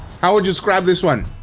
how would you describe this one?